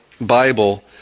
Bible